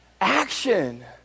Action